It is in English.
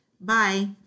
Bye